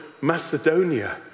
Macedonia